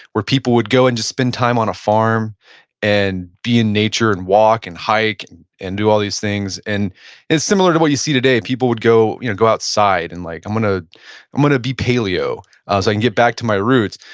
where people would go and just spend time on a farm and be in nature and walk and hike and and do all these things, and it's similar to what you see today. people would go you know go outside and like i'm going ah i'm going to be paleo ah so i can get back to my roots,